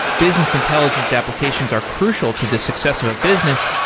business intelligence applications are crucial to the success of a business,